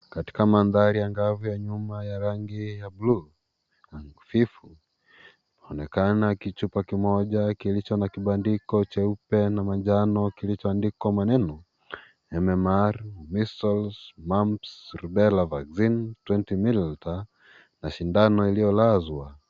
Katika mandhari angavu ya nyuma ya rangi ya blue hafifu kunaonekana kichupa kimoja kilicho na kibandiko jeupe na manjano kilichoandikwa maneno, mmr, measles, mumps, rubella vaccine 20mililita na sindano iliyolazwa.